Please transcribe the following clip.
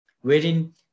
wherein